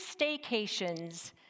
staycations